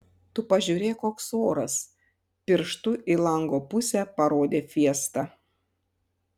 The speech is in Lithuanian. tu pažiūrėk koks oras pirštu į lango pusę parodė fiesta